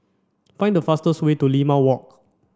find the fastest way to Limau Walk